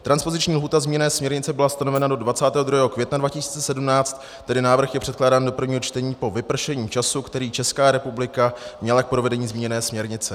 Transpoziční lhůta zmíněné směrnice byla stanovena do 22. května 2017, tedy návrh je předkládán do prvního čtení po vypršení času, který Česká republika měla k provedení zmíněné směrnice.